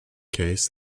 case